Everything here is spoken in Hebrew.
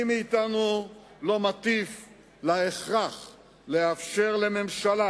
מי מאתנו לא מטיף להכרח לאפשר לממשלה,